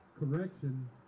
correction